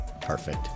Perfect